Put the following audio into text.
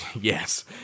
Yes